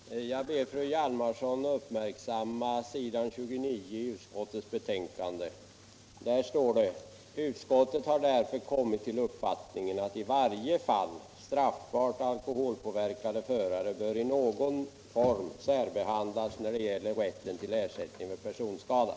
Herr talman! Jag ber fru Hjalmarsson uppmärksamma s. 29 i utskottets betänkande. Där står det: ”Utskottet har därför kommit till den uppfattningen att i varje fall straffbart alkoholpåverkade förare bör i någon form särbehandlas när det gäller rätten till ersättning vid personskada.